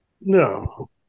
No